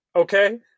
okay